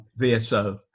VSO